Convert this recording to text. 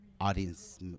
audience